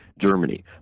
Germany